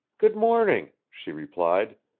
good morning, she replied.